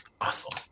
Awesome